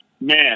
Man